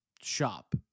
shop